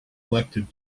elected